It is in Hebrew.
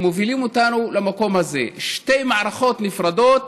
מובילים אותנו למקום הזה: שתי מערכות נפרדות.